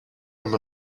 him